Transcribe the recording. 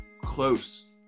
close